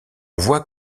voit